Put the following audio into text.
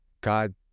God